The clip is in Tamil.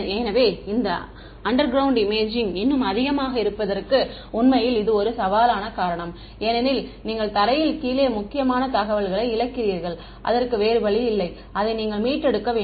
எனவே இந்த அண்டர்கிரௌண்ட் இமேஜிங் இன்னும் அதிகமாக இருப்பதற்கு உண்மையில் இது ஒரு சவாலான காரணம் ஏனெனில் நீங்கள் தரையில் கீழே முக்கியமான தகவல்களை இழக்கிறீர்கள் அதற்கு வேறு வழி இல்லை அதை நீங்கள் மீட்டெடுக்க வேண்டும்